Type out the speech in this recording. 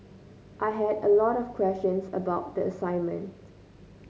I had a lot of questions about the assignment